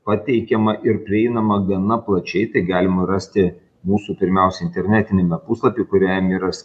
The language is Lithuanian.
pateikiama ir prieinama gana plačiai tai galima rasti mūsų pirmiausia internetiniame puslapy kuriam yra